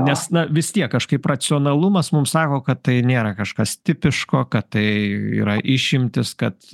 nes na vis tiek kažkaip racionalumas mums sako kad tai nėra kažkas tipiško kad tai yra išimtis kad